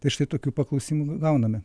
tai štai tokių paklausimų gauname